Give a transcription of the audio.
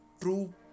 true